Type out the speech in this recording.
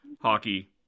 hockey